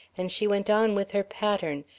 and she went on with her pattern,